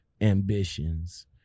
ambitions